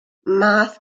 math